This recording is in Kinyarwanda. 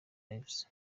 lives